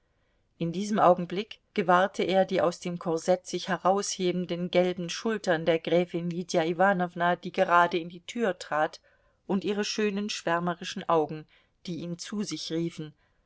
in diesem augenblick gewahrte er die aus dem korsett sich heraushebenden gelben schultern der gräfin lydia iwanowna die gerade in die tür trat und ihre schönen schwärmerischen augen die ihn zu sich riefen